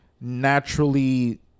naturally